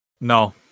No